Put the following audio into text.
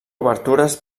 obertures